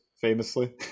famously